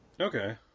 Okay